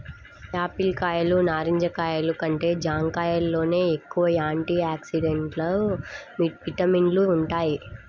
Apple కాయలు, నారింజ కాయలు కంటే జాంకాయల్లోనే ఎక్కువ యాంటీ ఆక్సిడెంట్లు, విటమిన్లు వుంటయ్